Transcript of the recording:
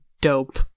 dope